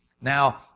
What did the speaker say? Now